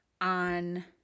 on